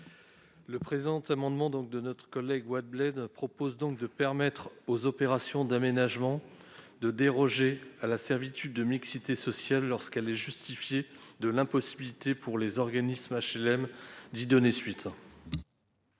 Le présent amendement, déposé par notre collègue Dany Wattebled, vise à permettre aux opérations d'aménagement de déroger à la servitude de mixité sociale lorsqu'il est justifié de l'impossibilité pour les organismes d'HLM d'y donner suite.